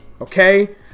okay